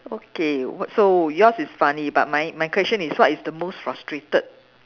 okay what so yours is funny but my my question is what is the most frustrated